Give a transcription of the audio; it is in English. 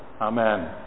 Amen